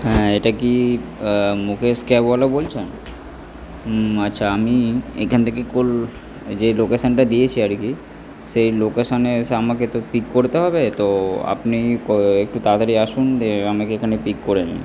হ্যাঁ এটা কি মুকেশ ক্যাবওয়ালা বলছেন আচ্ছা আমি এখান থেকে কোল যেই লোকেশানটা দিয়েছি আর কি সেই লোকেশানে এসে আমাকে তো পিক করতে হবে তো আপনি একটু তাড়াতাড়ি আসুন দিয়ে আমাকে এখানে পিক করে নিন